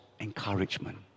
encouragement